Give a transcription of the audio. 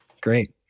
Great